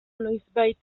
noizbait